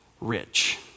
rich